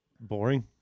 boring